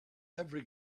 every